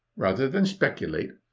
rather than speculate,